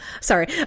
Sorry